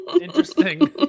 Interesting